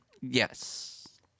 Yes